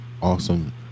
awesome